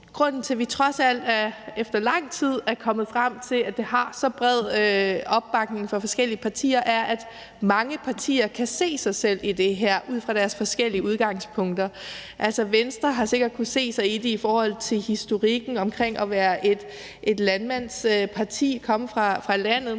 grunden til, at vi trods alt efter lang tid er kommet frem til, at det har så bred opbakning fra forskellige partier, er, at mange partier kan se sig selv i det her ud fra deres forskellige udgangspunkter. Venstre har sikkert kunne se sig i det i forhold til historikken omkring at være et landmandsparti og komme fra landet.